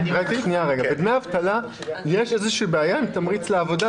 בדמי אבטלה יש בעיתיות מובנה בכל מה שקשור לתמריץ לעבוד,